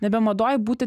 nebe madoj būti